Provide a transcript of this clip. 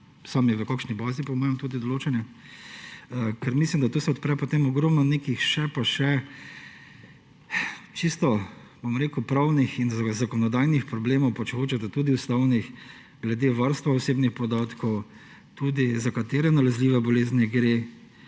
sami v kakšni bazi po moje tudi določene. Mislim, da to odpre ogromno nekih še pa še čisto pravnih in zakonodajnih problemov, pa če hočete tudi ustavnih glede varstva osebnih podatkov, tudi, za katere nalezljive bolezni gre,